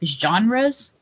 genres